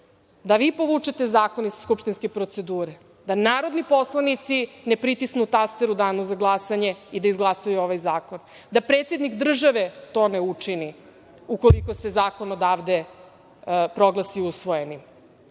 da vi povučete zakon iz skupštinske procedure, da narodni poslanici ne pritisnu taster u danu za glasanje i da izglasaju ovaj zakon, da predsednik države to ne učini, u koliko se zakon odavde proglasi usvojenim.